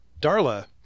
Darla